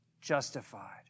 justified